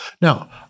Now